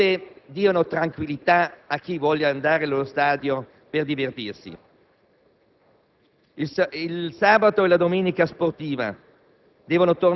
anche repressive, che veramente dia tranquillità a chi voglia andare allo stadio per divertirsi.